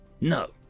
No